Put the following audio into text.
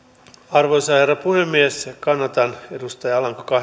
arvoisa herra puhemies kannatan edustaja